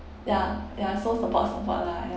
ya ya so support support lah ya